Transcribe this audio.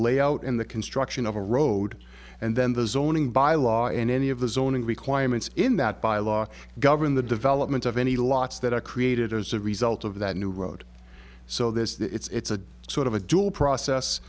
layout in the construction of a road and then the zoning bylaw and any of the zoning requirements in that bylaw govern the development of any lots that are created as a result of that new road so there's the it's a sort of a dual process